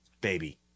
Baby